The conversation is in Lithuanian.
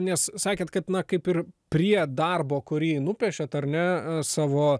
nes sakėt kad na kaip ir prie darbo kurį nupiešiat ar ne savo